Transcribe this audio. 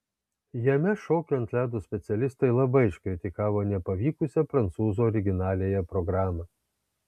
jame šokių ant ledo specialistai labai iškritikavo nepavykusią prancūzų originaliąją programą